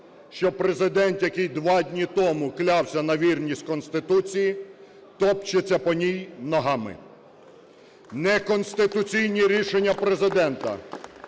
що Президент, який два дні тому клявся на вірність Конституції, топчеться по ній ногами. Неконституційні рішення Президента